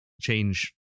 change